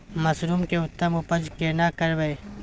Mushroom के उत्तम उपज केना करबै?